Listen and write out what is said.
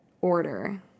order